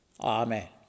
Amen